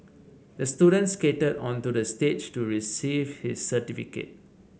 the student skated onto the stage to receive his certificate